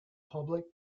public